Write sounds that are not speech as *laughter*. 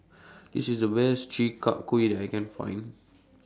*noise* This IS The Best Chi Kak Kuih that I Can Find